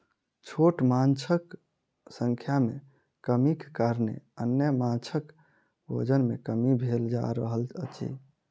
छोट माँछक संख्या मे कमीक कारणेँ अन्य माँछक भोजन मे कमी भेल जा रहल अछि